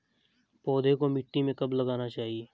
पौधे को मिट्टी में कब लगाना चाहिए?